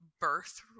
birth